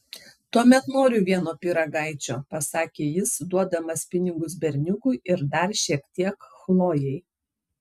tuomet noriu vieno pyragaičio pasakė jis duodamas pinigus berniukui ir dar šiek tiek chlojei